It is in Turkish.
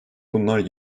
bunlar